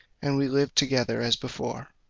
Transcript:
and we lived together as before.